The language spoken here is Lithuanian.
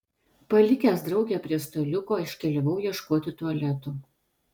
palikęs draugę prie staliuko iškeliavau ieškoti tualetų